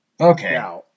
Okay